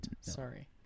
Sorry